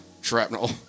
shrapnel